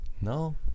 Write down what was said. No